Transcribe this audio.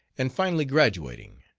and finally graduating.